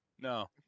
No